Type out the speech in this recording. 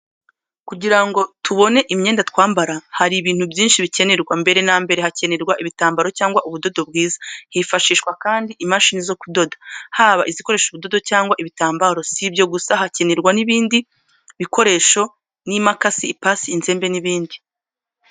Kugira ngo tubone imyenda twambara, hari ibintu byinshi bikenerwa. Mbere na mbere hakenerwa ibitambaro cyangwa ubudodo bwiza. Hifashishwa kandi imashini zo kudoda, haba izikoresha ubudodo cyangwa ibitambaro. Si ibyo gusa hakenerwa ibindi bikoresho n’imakasi, ipasi, inzembe n’ibindi.